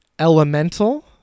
Elemental